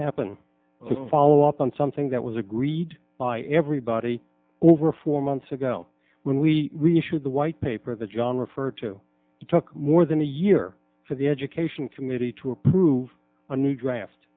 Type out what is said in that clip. happen follow up on something that was agreed by everybody over four months ago when we should the white paper that john referred to it took more than a year for the education committee to approve a new draft